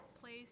place